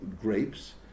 grapes